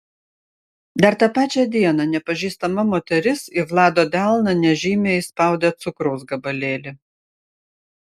dar tą pačią dieną nepažįstama moteris į vlado delną nežymiai įspaudė cukraus gabalėlį